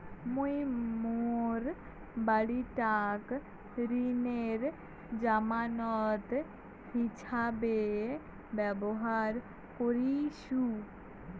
মুই মোর বাড়িটাক ঋণের জামানত হিছাবে ব্যবহার করিসু